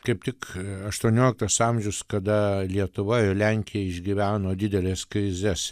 kaip tik aštuonioliktas amžius kada lietuva ir lenkija išgyveno dideles krizes